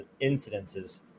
incidences